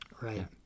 Right